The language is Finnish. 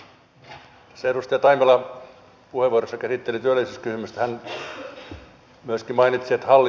hän myöskin mainitsi että hallitus syyllistää työttömiä